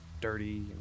dirty